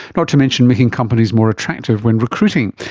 not to mention making companies more attractive when recruiting.